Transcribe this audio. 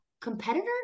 competitor